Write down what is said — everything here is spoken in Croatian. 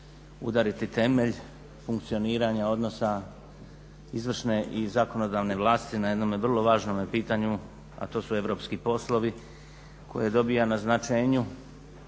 udariti temelj funkcioniranja odnosa izvršne i zakonodavne vlasti na jednome vrlo važnome pitanju a to su europski poslovi koje dobiva na značenju